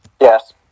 Yes